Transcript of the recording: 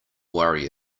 worry